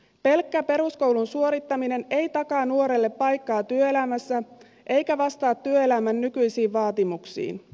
pelkkä peruskoulun suorittaminen ei takaa nuorelle paikkaa työelämässä eikä vastaa työelämän nykyisiin vaatimuksiin